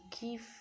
give